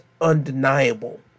undeniable